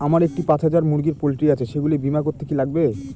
আমার একটি পাঁচ হাজার মুরগির পোলট্রি আছে সেগুলি বীমা করতে কি লাগবে?